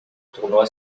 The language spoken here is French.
tournoi